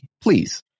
please